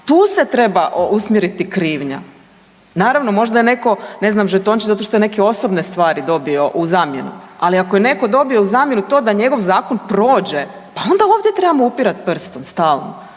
Tu se treba usmjeriti krivnja. Naravno, možda je netko ne znam, žetončić zato što je neke osobne stvari dobio u zamjenu, ali ako je netko dobio u zamjenu to da njegov zakon prođe, pa onda ovdje trebamo upirati prstom stalno.